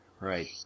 Right